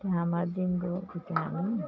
আমাৰ দিন গ'ল এতিয়া আমি